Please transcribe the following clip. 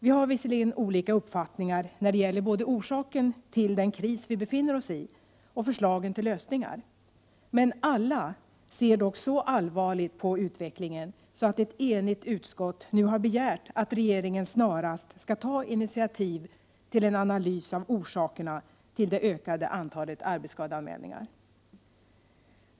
Vi har visserligen olika uppfattningar när det gäller både orsaken till den kris vi befinner oss i och förslagen till lösningar. Alla ser dock så allvarligt på utvecklingen att ett enigt utskott nu har begärt att regeringen snarast skall ta initiativ till en analys av orsakerna till det ökade antalet arbetsskadeanmälningar.